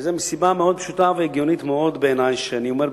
וזה מסיבה מאוד פשוטה והגיונית בעיני ואני אומר,